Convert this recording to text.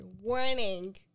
warning